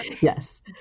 Yes